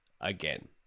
again